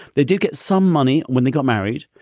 they did get some money when they got married.